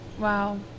Wow